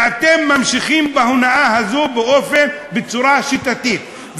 ואתם ממשיכים בהונאה הזו בצורה שיטתית.